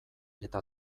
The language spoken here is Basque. eta